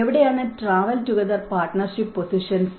എവിടെയാണ് travel together partnership positions